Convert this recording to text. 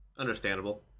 Understandable